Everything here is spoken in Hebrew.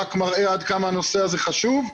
רק מראה עד כמה הנושא הזה חשוב.